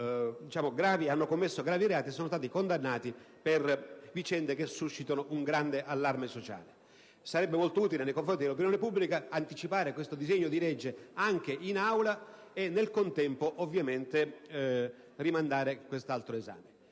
hanno commesso gravi reati e sono state condannate per vicende che suscitano grande allarme sociale. Sarebbe molto utile nei confronti dell'opinione pubblica anticipare questo disegno di legge anche in Aula e, nel contempo, rimandare l'esame